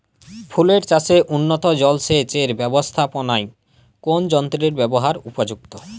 ফুলের চাষে উন্নত জলসেচ এর ব্যাবস্থাপনায় কোন যন্ত্রের ব্যবহার উপযুক্ত?